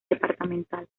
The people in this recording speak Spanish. departamental